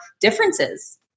differences